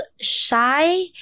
shy